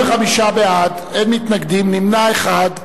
בעד, 35, אין מתנגדים, נמנע אחד.